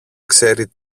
ξέρει